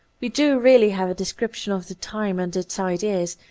we do really have a description of the time and its ideas,